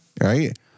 right